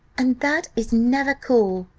and that is never cool,